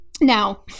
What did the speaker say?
Now